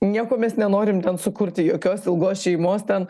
nieko mes nenorim ten sukurti jokios ilgos šeimos ten